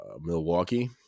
Milwaukee